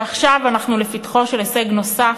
ועכשיו אנחנו לפתחו של הישג נוסף,